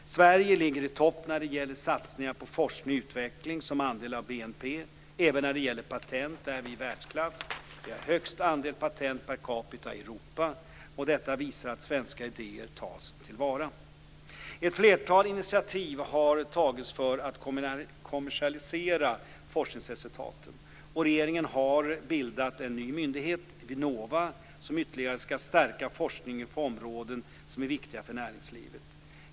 Sverige ligger i topp när det gäller satsningar på forskning och utveckling som andel av BNP. Även när det gäller patent är vi i världsklass. Vi har högst andel patent per capita i Europa. Detta visar att svenska idéer tas till vara. Ett flertal initiativ har tagits för att kommersialisera forskningsresultaten. Regeringen har bildat en ny myndighet, Vinnova, som ytterligare ska stärka forskningen på områden som är viktiga för näringslivet.